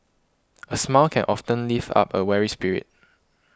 a smile can often lift up a weary spirit